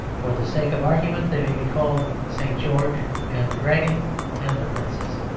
for the sake of argument they may be called st. george and the dragon and the princess.